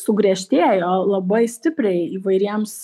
sugriežtėjo labai stipriai įvairiems